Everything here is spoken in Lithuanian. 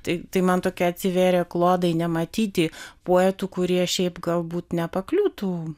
tai tai man tokie atsivėrė klodai nematyti poetų kurie šiaip galbūt nepakliūtų